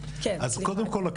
אז קודם כל,